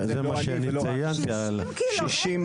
60 קילומטר איפה יש פה?